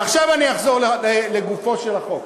ועכשיו אני אחזור לגופו של החוק.